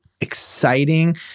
exciting